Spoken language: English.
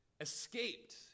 escaped